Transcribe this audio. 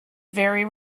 very